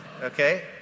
Okay